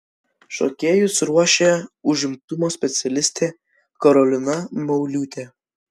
šokėjus ruošė užimtumo specialistė karolina mauliūtė